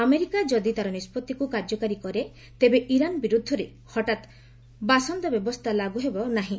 America ଯଦି ତା'ର ନିଷ୍କଭିକୁ କାର୍ଯ୍ୟକାରୀ କରେ ତେବେ ଇରାନ୍ ବିରୁଦ୍ଧରେ ହଠାତ୍ ବାସନ୍ଦ ବ୍ୟବସ୍ଥା ଲାଗୁ ହେବ ନାହିଁ